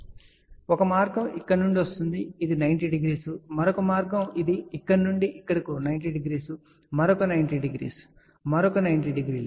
కాబట్టి ఒక మార్గం ఇక్కడ నుండి వస్తుంది ఇది 90 డిగ్రీలు మరొక మార్గం ఇది ఇక్కడ నుండి ఇక్కడకు 90 డిగ్రీలు మరొక 90 డిగ్రీలు మరొక 90 డిగ్రీలు